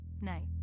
night